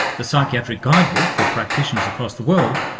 the psychiatric guidebook for practitioners across the world,